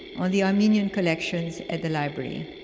on the armenian collections at the library.